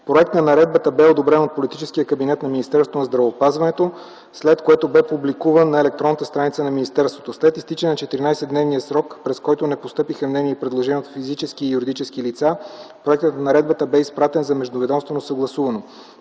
Проект на наредбата бе одобрен от политическия кабинет на Министерството на здравеопазването, след което бе публикуван на електронната страница на министерството. След изтичане на 14-дневния срок, през който не постъпиха мнения и предложения от физически и юридически лица, проектът на наредбата бе изпратен за междуведомствено съгласуване.